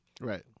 Right